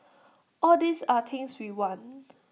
all these are things we want